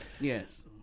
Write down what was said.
Yes